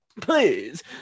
Please